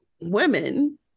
women